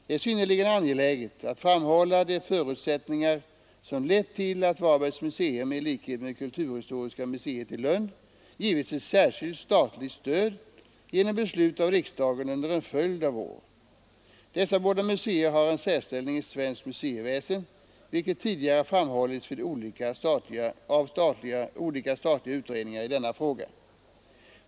Det är synnerligen angeläget att framhålla de förutsättningar som lett till att Varbergs museum i likhet med Kulturhistoriska museet i Lund givits ett särskilt statligt stöd genom beslut av riksdagen under en följd av år. Dessa båda museer har en särställning i svenskt museiväsen, vilket tidigare framhållits vid olika statliga utredningar i denna fråga.